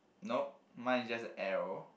nope mine is just a arrow